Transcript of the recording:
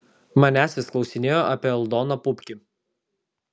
manęs vis klausinėjo apie aldoną pupkį